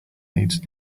needs